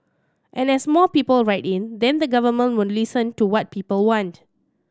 and as more people write in then the Government will listen to what people want